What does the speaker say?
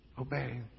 obey